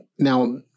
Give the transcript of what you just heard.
Now